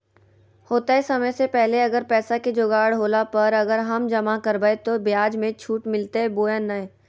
होतय समय से पहले अगर पैसा के जोगाड़ होला पर, अगर हम जमा करबय तो, ब्याज मे छुट मिलते बोया नय?